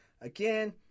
Again